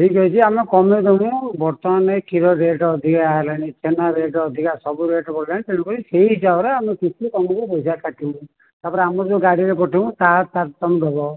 ଠିକ୍ ଅଛି ଆମେ କମ୍ ରେ ଦେବୁ ବର୍ତ୍ତମାନ କ୍ଷୀର ରେଟ୍ ଅଧିକା ହେଲାଣି ଛେନା ରେଟ୍ ଅଧିକା ସବୁ ରେଟ୍ ବଢ଼ିଲାଣି ତେଣୁକରି ସେହି ହିସାବରେ ଆମେ କିଛି ତମକୁ ପଇସା କାଟିବୁ ତା'ପରେ ଆମର ଯୋଉଁ ଗାଡ଼ିରେ ପଠେଇବୁ ତା ଚାର୍ଜ ତମେ ଦେବ